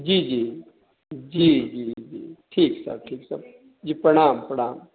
जी जी जी जी जी ठीक छै ठीक छै जी प्रणाम प्रणाम